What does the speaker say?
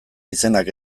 izenak